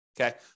Okay